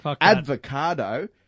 avocado